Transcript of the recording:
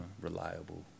reliable